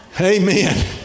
Amen